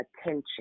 attention